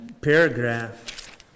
paragraph